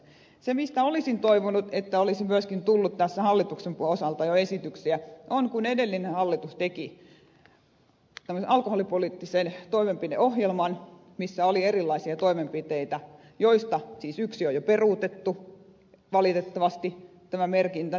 se mistä olisin toivonut että olisi myöskin tullut tämän hallituksen osalta jo esityksiä on se kun edellinen hallitus teki tämmöisen alkoholipoliittisen toimenpideohjelman missä oli erilaisia toimenpiteitä joista siis yksi on jo peruutettu valitettavasti nämä merkinnät pulloihin